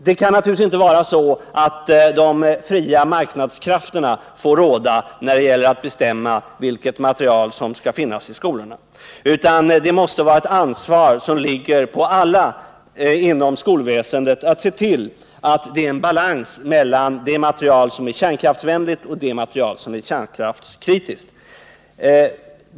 Det kan naturligtvis inte vara så att de fria marknadskrafterna får råda när det gäller att bestämma vilket material som skall finnas i skolorna. Det måste vara ett ansvar som ligger på alla inom skolväsendet att se till att det är balans mellan det material som är kärnkraftsvänligt och det material som är kärnkraftskritiskt.